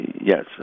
yes